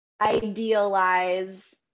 idealize